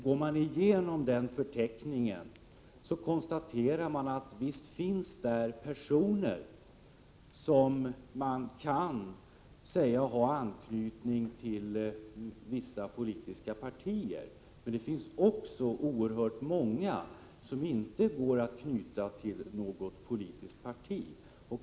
Går man igenom denna förteckning kan man konstatera att där finns personer som man kan säga har anknytning till vissa politiska partier, men det finns också oerhört många som inte går att knyta till något politiskt parti.